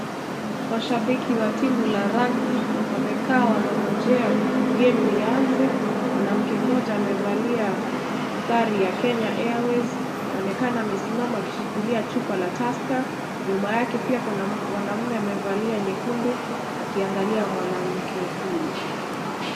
Mashabiki wa timu la rugby wamekaa wanangojea game lianze. Mwanamke mmoja amevalia sare ya Kenya Airways yaonekana amesimama akishikilia chupa la Tusker. Nyuma yake pia kuna mwanamume amevalia nyekundu akiangalia mwanamke huyo.